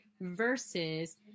Versus